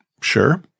sure